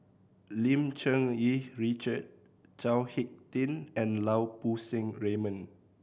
Lim Cherng Yih Richard Chao Hick Tin and Lau Poo Seng Raymond